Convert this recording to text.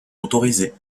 autorisées